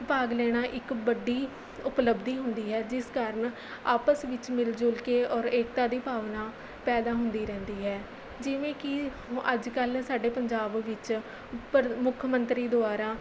ਭਾਗ ਲੈਣਾ ਇੱਕ ਵੱਡੀ ਉਪਲਬਧੀ ਹੁੰਦੀ ਹੈ ਜਿਸ ਕਾਰਨ ਆਪਸ ਵਿੱਚ ਮਿਲ ਜੁਲ ਕੇ ਔਰ ਏਕਤਾ ਦੀ ਭਾਵਨਾ ਪੈਦਾ ਹੁੰਦੀ ਰਹਿੰਦੀ ਹੈ ਜਿਵੇਂ ਕਿ ਹ ਅੱਜ ਕੱਲ੍ਹ ਸਾਡੇ ਪੰਜਾਬ ਵਿੱਚ ਪ੍ਰ ਮੁੱਖ ਮੰਤਰੀ ਦੁਆਰਾ